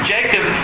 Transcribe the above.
Jacob